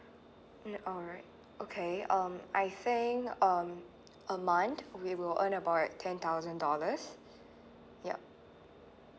mm alright okay um I think um a month we were earn about like ten thousand dollars yup